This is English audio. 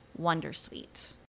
Wondersuite